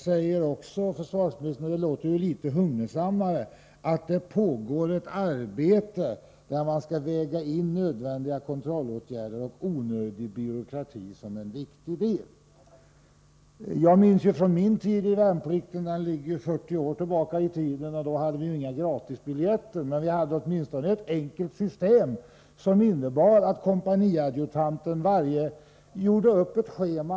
Vidare säger försvarsministern att — det låter litet hugnesammare — det pågår ett arbete där avvägningen av nödvändiga kontrollåtgärder och onödig byråkrati ingår som en viktig del. Under min tid som värnpliktig — det ligger 40 år tillbaka i tiden — hade vi inga gratisbiljetter, men vi hade ett enkelt system, som innebar att kompaniadjutanten gjorde upp ett schema.